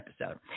episode